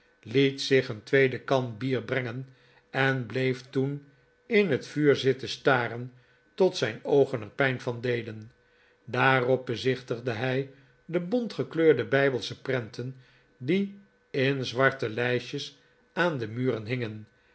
liet zich een tweedekan bier brengen en bleef toen in het vuur zitten staren tot zijn oogen er pijn van deden daarop bezichtigde hij de bont gekleurde hjybelsche prenten die in zwarte lijstjes aan de muren hingen